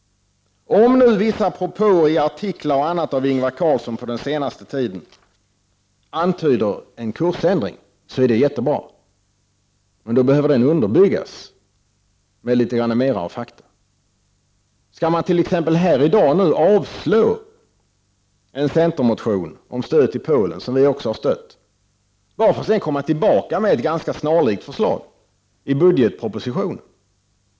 Om nu vissa propåer i bl.a. artiklar av Ingvar Carlsson på den senaste tiden antyder en kursändring, så är det jättebra. Men då behöver den kursändringen underbyggas med litet mera av fakta. Skall man t.ex. här i dag avslå en centermotion om stöd till Polen, som vi också har biträtt, bara för att sedan komma tillbaka med ett ganska snarlikt förslag i budgetpropositionen?